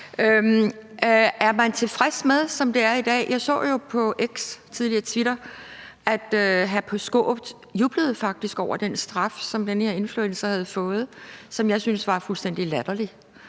Er man tilfreds med det, som det er i dag? Jeg så jo på X, tidligere Twitter, at hr. Peter Skaarup faktisk jublede over den straf, som den her influencer havde fået, og som jeg synes var fuldstændig latterlig